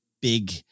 big